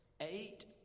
eight